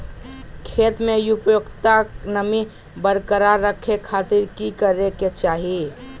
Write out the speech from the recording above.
खेत में उपयुक्त नमी बरकरार रखे खातिर की करे के चाही?